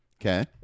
Okay